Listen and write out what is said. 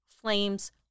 flames